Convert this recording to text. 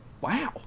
Wow